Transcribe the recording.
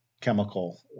chemical